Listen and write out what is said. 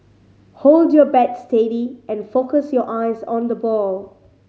hold your bat steady and focus your eyes on the ball